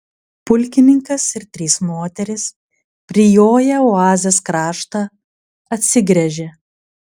pulkininkas ir trys moterys prijoję oazės kraštą atsigręžė